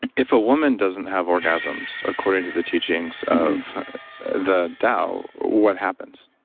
if a woman doesn't have orgasms according to the teachings of the tao, what happens?